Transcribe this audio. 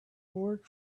work